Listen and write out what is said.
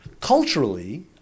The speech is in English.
Culturally